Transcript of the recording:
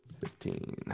Fifteen